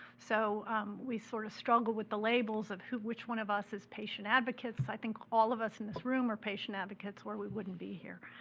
so we sort of struggle with the labels of who which one of us is patient advocates i think all of us in this room are patient advocates, or we wouldn't be here,